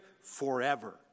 forever